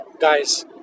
guys